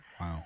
Wow